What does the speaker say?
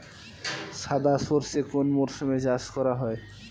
সাদা সর্ষে কোন মরশুমে চাষ করা হয়?